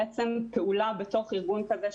פעולה בתוך ארגון כזה,